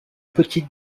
petite